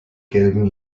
gelben